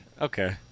Okay